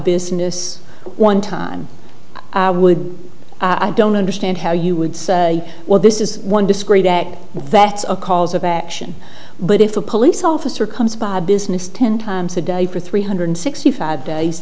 business one time i don't understand how you would say well this is one disagree that that's a cause of action but if a police officer comes by business ten times a day for three hundred sixty five days